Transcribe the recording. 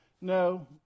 No